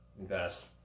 invest